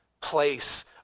place